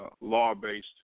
law-based